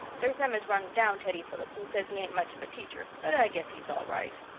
there's them as runs down teddy phillips and says he ain't much of a teacher, but i guess he's all right.